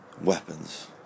weapons